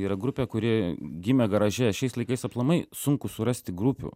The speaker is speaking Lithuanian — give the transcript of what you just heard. yra grupė kuri gimė garaže šiais laikais aplamai sunku surasti grupių